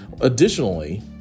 Additionally